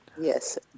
Yes